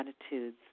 attitudes